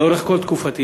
לאורך כל תקופתי,